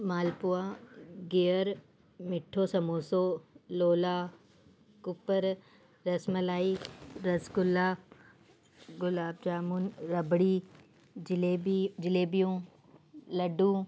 मालपूआ गिहरु मिठो संबोसो लोला कुपर रस मलाई रसगुला गुलाब जामुन रबड़ी जलेबी जलेबियूं लॾूं